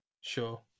sure